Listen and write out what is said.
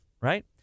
right